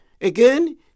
again